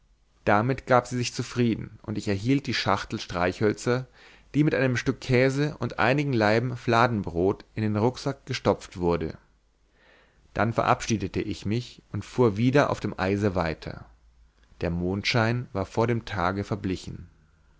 damit gab sie sich zufrieden und ich erhielt die schachtel streichhölzer die mit einem stück käse und einigen laiben fladenbrot in den rucksack gestopft wurde dann verabschiedete ich mich und fuhr wieder auf dem eise weiter der mondschein war vor dem tage verblichen